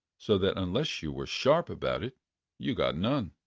so that unless you were sharp about it you got none.